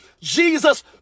Jesus